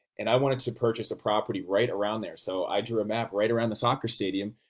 and i wanted to purchase a property right around there. so i drew a map right around the soccer stadium,